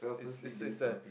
it's it's it's a